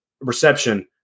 reception